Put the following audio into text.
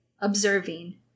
observing